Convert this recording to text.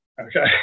okay